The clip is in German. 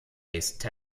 test